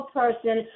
person